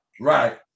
Right